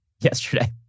yesterday